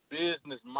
business